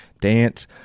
dance